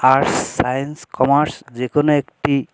arts science commerce যে কোনো একটি